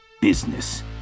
business